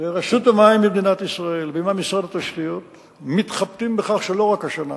ורשות המים במדינת ישראל ועמה משרד התשתיות מתחבטים בכך לא רק השנה,